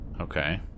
Okay